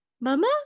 mama